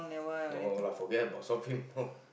no lah forget about something more